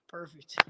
Perfect